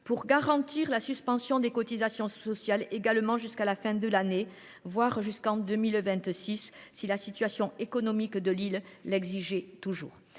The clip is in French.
à garantir la suspension des cotisations sociales jusqu’à la fin de l’année également, voire jusqu’en 2026 si la situation économique de l’île l’exigeait toujours.